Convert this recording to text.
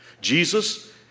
Jesus